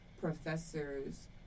professors